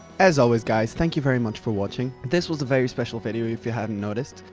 as always guys, thank you very much for watching! this was a very special video if you haven't noticed.